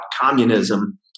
communism